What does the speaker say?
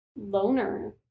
loner